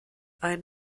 ein